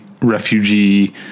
refugee